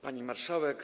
Pani Marszałek!